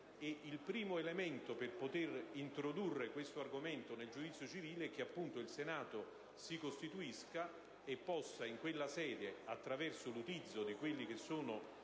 Il primo elemento per poter introdurre questo argomento nel giudizio civile è che il Senato si costituisca e possa in quella sede, attraverso l'utilizzo dei normali